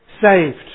saved